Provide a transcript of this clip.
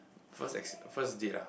first ex first date lah